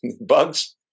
bugs